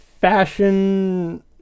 fashion